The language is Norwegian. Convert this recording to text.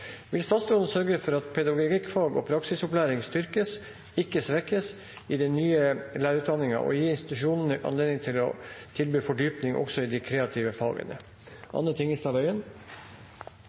vil gi institusjonene anledning til å tilby fordypning i de kreative fagene.